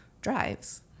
drives